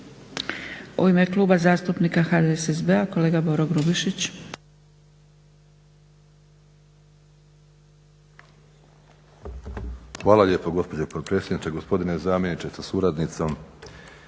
U ime Kluba zastupnika HDSSB-a, kolega Boro Grubišić.